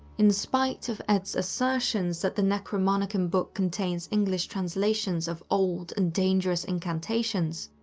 in spite of ed's assertion that the necronomicon book contains english translations of old and dangerous incantations,